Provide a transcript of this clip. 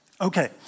Okay